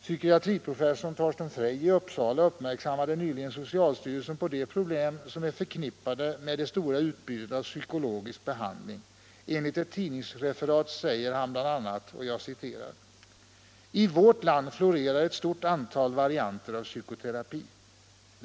Psykiatriprofessorn Torsten Frey i Uppsala uppmärksammade nyligen socialstyrelsen på de problem som är förknippade med det stora utbudet av psykologisk behandling. Enligt ett tidningsreferat säger han bl.a. följande: ”I vårt land florerar ett stort antal varianter av psykoterapi.